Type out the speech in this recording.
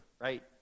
right